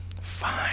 Fine